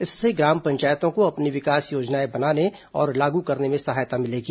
इससे ग्राम पंचायतों को अपनी विकास योजनाएं बनाने और लागू करने में सहायता मिलेगी